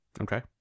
Okay